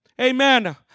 Amen